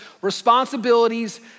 responsibilities